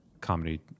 comedy